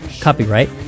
Copyright